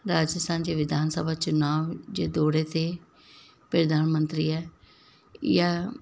राजस्थान जे विधान सभा चुनाव जे दौरे ते प्रधानमंत्रीअ इहा